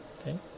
okay